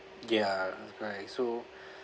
ya right so